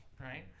right